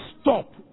stop